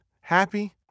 happy